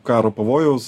karo pavojaus